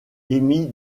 émis